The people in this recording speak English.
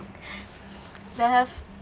that have